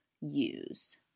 use